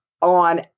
on